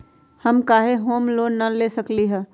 हम काहे home loan न ले सकली ह?